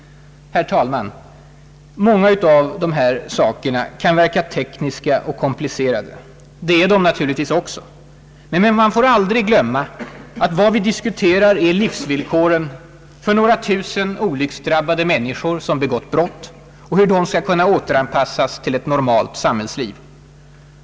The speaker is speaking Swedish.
Herr talman! Många av dessa saker kan verka tekniska och komplicerade. Det är de naturligtvis också. Men man får aldrig glömma att vad vi diskuterar är livsvillkor för några tusen olycksdrabbade människor, som begått brott, och hur de skall kunna återanpassas till ett normalt samhällsliv.